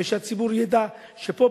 שהציבור ידע שפה,